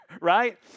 Right